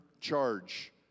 charge